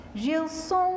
Gilson